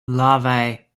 larvae